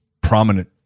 prominent